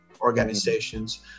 organizations